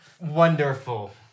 Wonderful